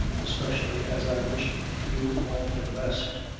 especially as i wish to do all for the best.